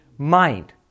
Mind